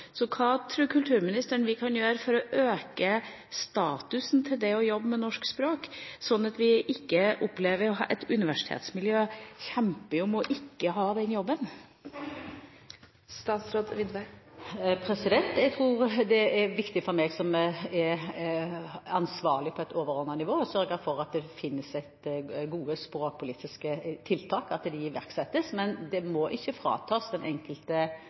Hva tror kulturministeren vi kan gjøre for å øke statusen til det å jobbe med norsk språk, sånn at vi ikke opplever å ha et universitetsmiljø som kjemper om ikke å ha den jobben? Jeg tror det er viktig for meg, som ansvarlig på et overordnet nivå, å sørge for at det finnes gode språkpolitiske tiltak, og at de iverksettes. Men det må ikke frata det enkelte